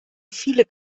viele